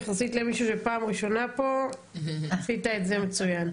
יחסית למישהו שפעם ראשונה פה עשית את זה מצויין.